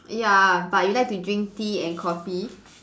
ya but you like to drink tea and coffee